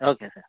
okay sir